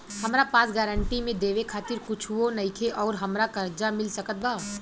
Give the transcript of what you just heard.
हमरा पास गारंटी मे देवे खातिर कुछूओ नईखे और हमरा कर्जा मिल सकत बा?